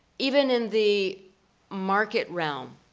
even in the market realm,